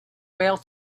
whale